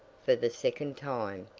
for the second time,